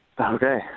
Okay